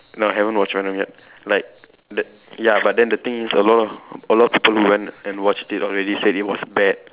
no I haven't watched venom yet like the ya but then the thing is a lot of a lot people who went and watched it already said it was bad